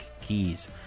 Keys